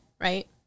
right